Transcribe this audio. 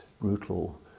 brutal